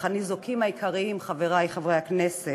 אך הניזוקים העיקריים, חברי חברי הכנסת,